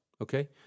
okay